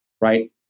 right